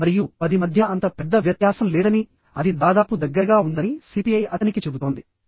6 మరియు 10 మధ్య అంత పెద్ద వ్యత్యాసం లేదని అది దాదాపు దగ్గరగా ఉందని సిపిఐ అతనికి చెబుతోంది